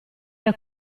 era